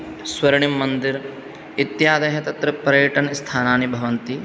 स्वर्णिम् मन्दिर् इत्यादयः तत्र पर्यटनस्थानानि भवन्ति